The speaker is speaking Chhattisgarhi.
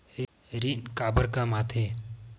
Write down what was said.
ऋण काबर कम आथे?